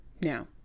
Now